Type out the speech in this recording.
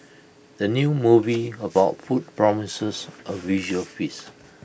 the new movie about food promises A visual feast